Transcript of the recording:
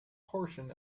portion